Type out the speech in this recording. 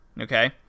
okay